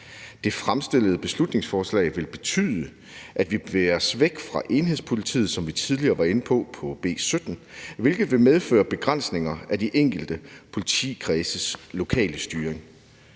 Det fremsatte beslutningsforslag vil betyde, at vi bevæger os væk fra enhedspolitiet, hvad vi tidligere var inde på under behandlingen af B 17, hvilket vil medføre begrænsninger af de enkelte politikredses lokale styring.